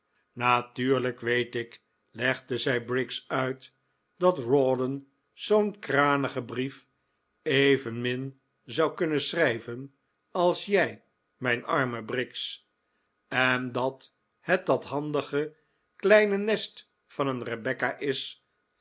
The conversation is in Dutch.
natuurlijk weet ik legde zij briggs uit dat rawdon zoo'n kranigen brief evenmin zou kunnen schrijven als jij mijn arme briggs en dat het dat handige kleine nest van een rebecca is